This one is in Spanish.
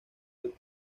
del